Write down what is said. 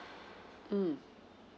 mm